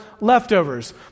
leftovers